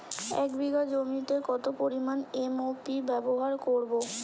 এক বিঘা জমিতে কত পরিমান এম.ও.পি ব্যবহার করব?